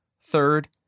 Third